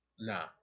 Nah